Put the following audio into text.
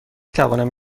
توانم